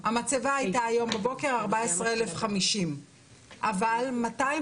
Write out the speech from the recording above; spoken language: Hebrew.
המצבה הייתה היום בבוקר 14,050. אבל 250